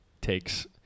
takes